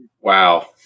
Wow